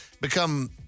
become